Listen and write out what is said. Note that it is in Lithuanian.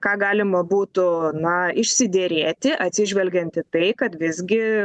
ką galima būtų na išsiderėti atsižvelgiant į tai kad visgi